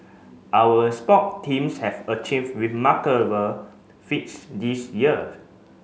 our sport teams have achieve remarkable feats this year